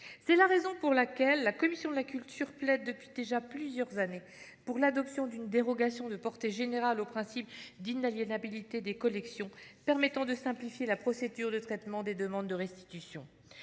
C'est la raison pour laquelle la commission de la culture plaide, depuis déjà plusieurs années, pour l'adoption d'une dérogation de portée générale au principe d'inaliénabilité des collections permettant de simplifier la procédure de traitement des demandes de restitution.